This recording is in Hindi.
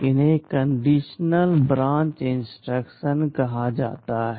इन्हें कंडीशनल ब्रांच इंस्ट्रक्शन कहा जाता है